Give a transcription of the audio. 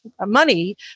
money